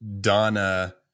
Donna